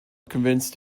convinced